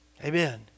Amen